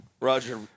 Roger